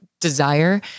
desire